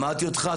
שמעתי אותך.